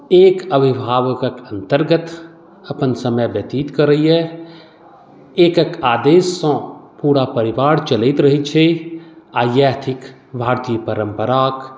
एक अभिभावकके अन्तर्गत अपन समय व्यतीत करैया एकक आदेशसँ पूरा परिवार चलैत रहैत छै आ इएह थिक भारतीय परम्पराक